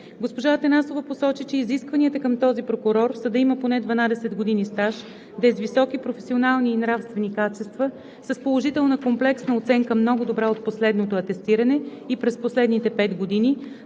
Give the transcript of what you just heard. Госпожа Атанасова посочи, че изискванията към този прокурор са да има поне 12 години стаж, да е с високи професионални и нравствени качества, с положителна комплексна оценка „много добра“ от последното атестиране и през последните 5 години,